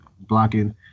blocking